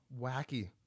wacky